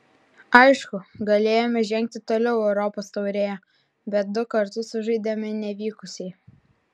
aišku galėjome žengti toliau europos taurėje bet du kartus sužaidėme nevykusiai